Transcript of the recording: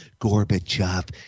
Gorbachev